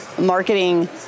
Marketing